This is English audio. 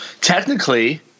Technically